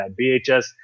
VHS